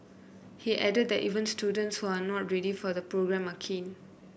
he added that even students who are not ready for the programme are keen